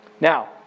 Now